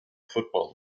football